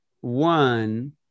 one